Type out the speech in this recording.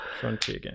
Frontier